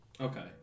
Okay